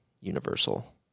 universal